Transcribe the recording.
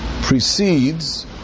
precedes